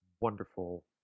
wonderful